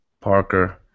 Parker